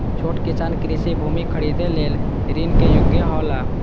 छोट किसान कृषि भूमि खरीदे लेल ऋण के योग्य हौला?